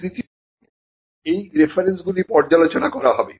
তৃতীয় ধাপে এই রেফারেন্সগুলি পর্যালোচনা করা হবে